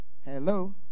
hello